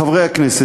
חברי הכנסת,